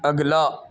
اگلا